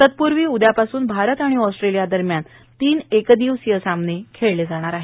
तत्पूर्वी उद्यापासून भारत आणि ऑस्ट्रेलिया दरम्यान तीन एक दिवसीय सामने खेळले जाणार आहेत